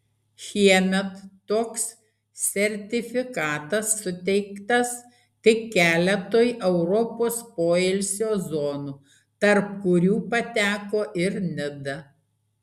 šiemet toks sertifikatas suteiktas tik keletui europos poilsio zonų tarp kurių pateko ir nida